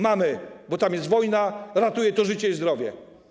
Mamy, bo tam jest wojna, ratuje to życie i zdrowie.